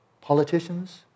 Politicians